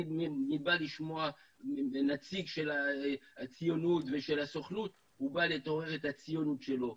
מי שבא לשמוע נציג של הציונות ושל הסוכנות הוא בא לעורר את הציונות שלו.